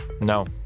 No